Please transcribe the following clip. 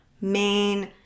main